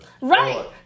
Right